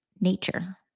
nature